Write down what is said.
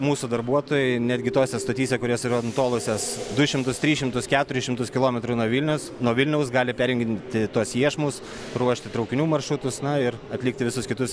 mūsų darbuotojai netgi tose stotyse kurios yra nutolusios du šimtus tris šimtus keturia šimtus kilometrų nuo vilnias nuo vilniaus gali perjunginti tuos iešmus ruošti traukinių maršrutus na ir atlikti visus kitus